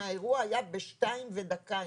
האירוע היה בשתיים ודקה,